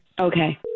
Okay